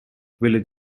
village